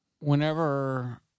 whenever